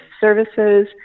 services